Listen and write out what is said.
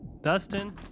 Dustin